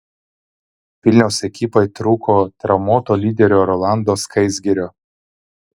vilniaus ekipai trūko traumuoto lyderio rolando skaisgirio